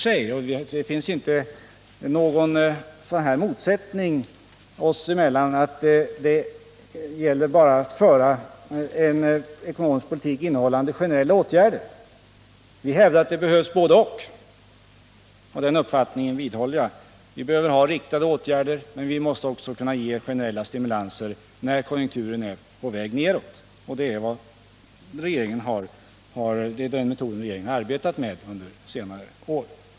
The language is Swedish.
Det finns inte någon motsättning oss emellan. Vi hävdar inte att man kan föra en ekonomisk politik innehållande endast generella åtgärder. Vi hävdar att det behövs både-och. Vi behöver vissa riktade åtgärder, men vi måste också kunna ge generella stimulanser när konjunkturen är på väg nedåt. Det är den metoden regeringen arbetat med under senare år.